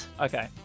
Okay